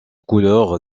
couleur